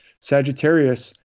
Sagittarius